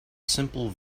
simple